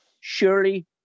surely